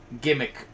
gimmick